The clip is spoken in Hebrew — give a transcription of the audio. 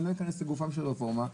אני לא אכנס לגופו של רפורמה,